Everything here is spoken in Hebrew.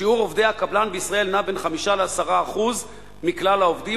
שיעור עובדי הקבלן נע בין 5% ל-10% מכלל העובדים,